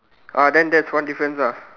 uh then that's one difference ah